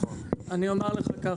אני אומר לך כך,